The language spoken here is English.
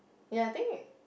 ya I think